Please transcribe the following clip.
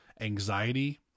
anxiety